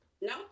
No